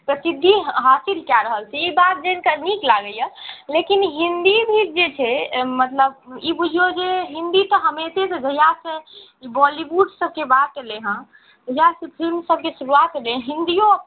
प्रसिद्धि हासिल कऽ रहल छै ई बात जानिके नीक लागैए लेकिन हिन्दी भी जे छै मतलब ई बुझिऔ जे हिन्दी तऽ हमेशेसँ जहिआसँ बॉलीवुड सबके बात अएलै हँ जहिआ सबके फिलिम सबके शुरुआत भेलै हँ हिन्दिओ